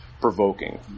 provoking